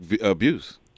abuse